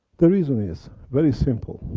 the reason is very simple.